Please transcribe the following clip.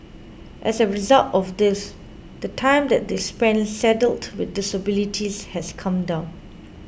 as a result of this the time that they spend saddled with disabilities has come down